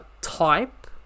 type